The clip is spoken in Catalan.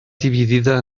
dividida